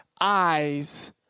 eyes